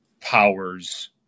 powers